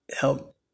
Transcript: help